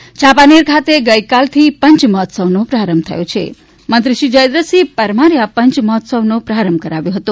પંચોત્સવ યાંપાનેર ખાતે ગઈકાલથી પંચમહોત્સવનો પ્રારંભ થયો છે મંત્રી શ્રી જયદ્રથસિંહ પરમારે આ પંચમહોત્સવનો પ્રારંભ કરાવ્યો હતા